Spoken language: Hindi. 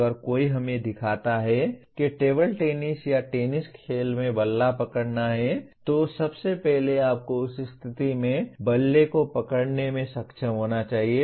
अगर कोई हमें दिखाता है कि टेबल टेनिस या टेनिस खेल में बल्ला पकड़ना है तो सबसे पहले आपको उस स्थिति में बल्ले को पकड़ने में सक्षम होना चाहिए